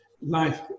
life